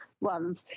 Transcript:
ones